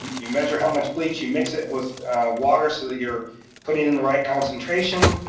you measure how much bleach, you mix it with water, so that you're putting and the right concentration.